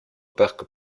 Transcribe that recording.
parc